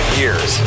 years